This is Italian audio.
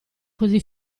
così